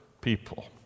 people